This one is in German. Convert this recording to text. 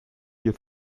hier